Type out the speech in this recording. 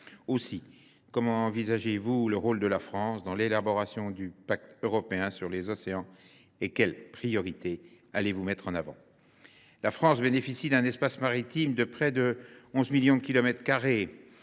ministre, comment envisagez vous le rôle de la France dans l’élaboration du pacte européen pour les océans, et quelles priorités allez vous mettre en avant ? La France bénéficie d’un espace maritime de près de 11 millions de kilomètres carrés,